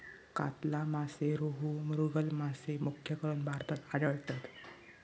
कातला मासे, रोहू, मृगल मासे मुख्यकरून भारतात आढळतत